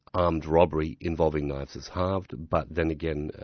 armed robbery involving knives is halved', but then again,